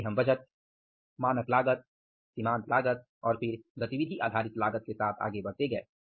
आगे हम बजट मानक लागत सीमांत लागत और फिर गतिविधि आधारित लागत के साथ आगे बढ़ते गए